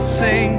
say